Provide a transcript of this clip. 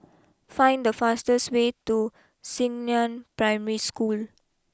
find the fastest way to Xingnan Primary School